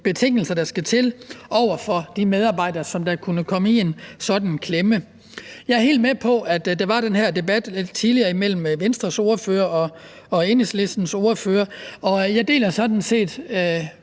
komme i en sådan klemme, de rettigheder og betingelser, der skal til. Jeg er helt med på, at der var den her debat tidligere mellem Venstres ordfører og Enhedslistens ordfører, og jeg deler sådan set